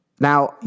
Now